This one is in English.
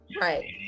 right